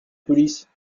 police